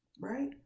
Right